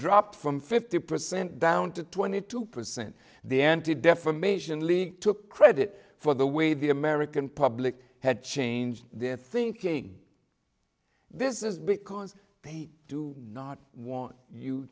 dropped from fifty percent down to twenty two percent the anti defamation league took credit for the way the american public had changed their thinking this is because they do not want you